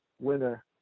winner